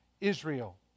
Israel